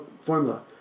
formula